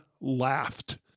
laughed